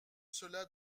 cela